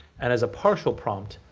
and as a partial prompt,